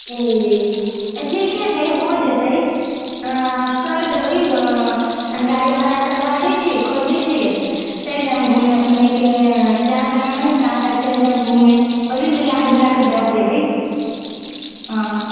ई तऽ ठीके छै हो जेतै हॅं करि देबै अऽ गाड़ी भाड़ा करबा दय छी करि दय छी चलि जायब घुमै अपनेके जहाँ जहाँ मोन होइ तहाँ तहाँ चलि जायब घुमे ओहिमे मिला जुलाके दऽ देबै हॅं